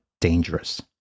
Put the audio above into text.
dangerous